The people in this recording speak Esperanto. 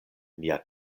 nia